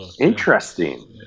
Interesting